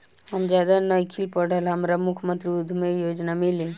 हम ज्यादा नइखिल पढ़ल हमरा मुख्यमंत्री उद्यमी योजना मिली?